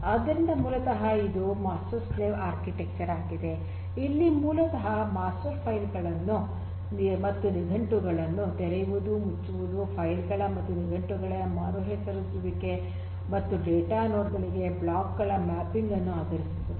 ಆದ್ದರಿಂದ ಮೂಲತಃ ಇದು ಮಾಸ್ಟರ್ ಸ್ಲೇವ್ ಆರ್ಕಿಟೆಕ್ಚರ್ ಆಗಿದೆ ಅಲ್ಲಿ ಮೂಲತಃ ಮಾಸ್ಟರ್ ಫೈಲ್ ಗಳನ್ನು ಮತ್ತು ನಿಘಂಟುಗಳನ್ನು ತೆರೆಯುವುದು ಮುಚ್ಚುವುದು ಫೈಲ್ ಗಳ ಮತ್ತು ನಿಘಂಟುಗಳ ಮರುಹೆಸರಿಸುವಿಕೆ ಮತ್ತು ಡೇಟಾ ನೋಡ್ ಗಳಿಗೆ ಬ್ಲಾಕ್ ಗಳ ಮ್ಯಾಪಿಂಗ್ ಅನ್ನು ನಿರ್ಧರಿಸುತ್ತದೆ